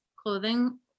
clothing